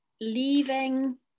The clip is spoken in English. leaving